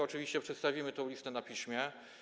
Oczywiście przedstawimy tę listę na piśmie.